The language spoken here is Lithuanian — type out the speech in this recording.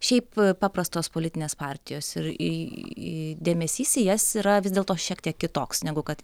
šiaip paprastos politinės partijos ir į dėmesys į jas yra vis dėlto šiek tiek kitoks negu kad į